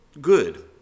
good